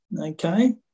okay